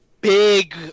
big